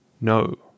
No